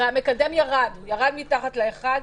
הרי המקדם ירד מתחת לאחד,